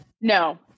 no